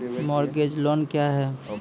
Mortgage loan क्या है?